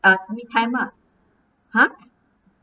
uh mee tai mak !huh!